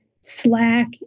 Slack